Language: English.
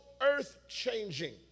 earth-changing